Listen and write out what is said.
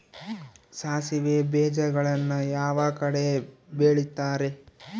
ಸಾಸಿವೆ ಬೇಜಗಳನ್ನ ಯಾವ ಕಡೆ ಬೆಳಿತಾರೆ?